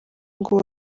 ngo